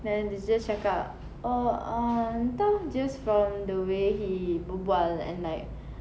then dia just cakap oh err entah just from the way he berbual and like